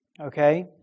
Okay